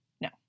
No